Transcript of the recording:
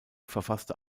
verfasste